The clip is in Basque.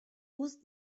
utz